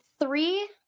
three